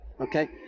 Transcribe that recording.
Okay